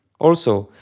also,